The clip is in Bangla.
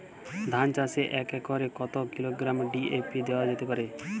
ধান চাষে এক একরে কত কিলোগ্রাম ডি.এ.পি দেওয়া যেতে পারে?